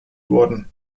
worden